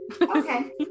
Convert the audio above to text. Okay